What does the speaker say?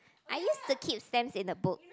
I used to keep stamps in a book